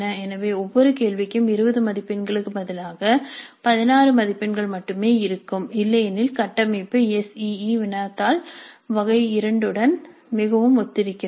எனவே ஒவ்வொரு கேள்விக்கும் 20 மதிப்பெண்களுக்கு பதிலாக 16 மதிப்பெண்கள் மட்டுமே இருக்கும் இல்லையெனில் கட்டமைப்பு எஸ் இஇ வினாத்தாள் வகை II உடன் மிகவும் ஒத்திருக்கிறது